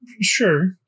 Sure